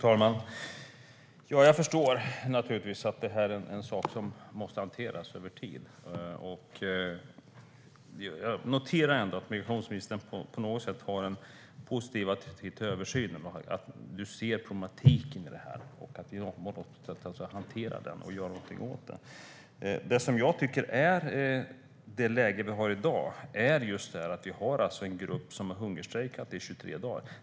Fru talman! Jag förstår naturligtvis att detta är en sak som måste hanteras över tid. Jag noterar ändå att migrationsministern på något sätt har en positiv attityd till översynen. Han ser problematiken i det här. Vi måste hantera den och göra någonting åt den. Vi har alltså en grupp som har hungerstrejkat i 23 dagar.